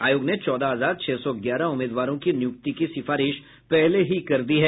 आयोग ने चौदह हजार छह सौ ग्यारह उम्मीदवारों की नियुक्ति की सिफारिश पहले ही कर दी है